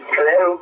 Hello